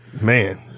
man